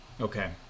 Okay